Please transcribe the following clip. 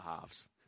halves